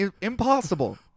Impossible